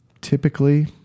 typically